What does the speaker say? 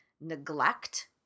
neglect